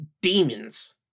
demons